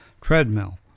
treadmill